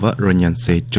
but renionsi